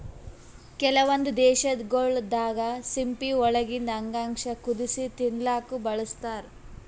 ಕೆಲವೊಂದ್ ದೇಶಗೊಳ್ ದಾಗಾ ಸಿಂಪಿ ಒಳಗಿಂದ್ ಅಂಗಾಂಶ ಕುದಸಿ ತಿಲ್ಲಾಕ್ನು ಬಳಸ್ತಾರ್